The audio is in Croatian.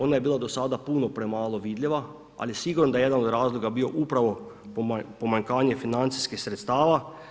Ona je bila do sada puno premalo vidljiva, ali sigurno da je jedan od razloga bio upravo pomanjkanje financijskih sredstava.